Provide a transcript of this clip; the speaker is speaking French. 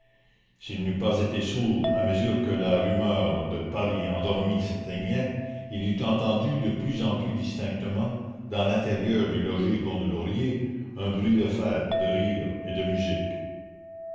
s'il n'eût pas été sourd à mesure que la rumeur de paris endormi s'éteignait il eût entendu de plus en plus distinctement dans l'intérieur du logis gondelaurier un bruit de fête de rires et de musiques